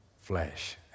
flesh